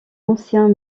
ancien